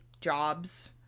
jobs